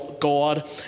God